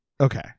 Okay